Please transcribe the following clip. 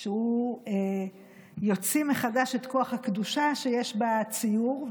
שהוא יוציא מחדש את כוח הקדושה שיש בציור,